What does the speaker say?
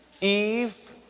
Eve